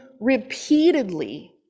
repeatedly